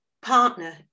partner